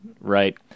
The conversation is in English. Right